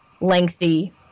lengthy